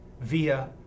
via